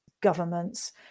governments